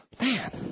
Man